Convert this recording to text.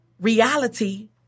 reality